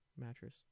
mattress